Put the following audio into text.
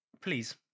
Please